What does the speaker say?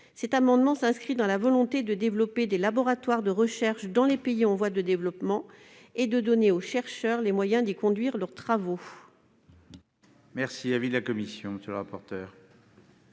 Cette disposition s'inscrit dans la volonté de développer des laboratoires de recherche dans les pays en voie de développement et de donner aux chercheurs les moyens d'y conduire leurs travaux.